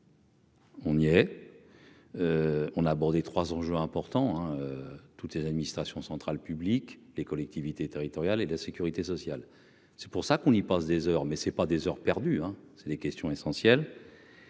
On y est on a abordé trois enjeux importants hein, toutes les administrations centrales publics, les collectivités territoriales et de la sécurité sociale, c'est pour ça qu'on y passe des heures, mais c'est pas des heures perdues, hein, c'est des questions essentielles,